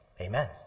Amen